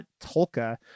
Tolka